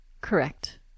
Correct